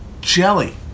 jelly